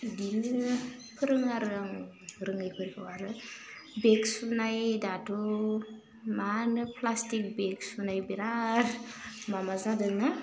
बेबादिनो फोरोङो आरो आं रोङैफोरखौ आरो बेग सुनाय दाथ' मा होनो प्लाष्टिक बेग सुनाय बेरार माबा जादों ना